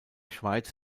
schweiz